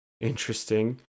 interesting